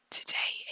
Today